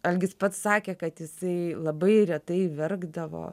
algis pats sakė kad jisai labai retai verkdavo